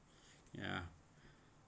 ya